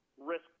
risk